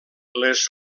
les